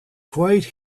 quite